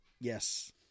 Yes